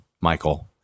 Michael